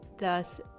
thus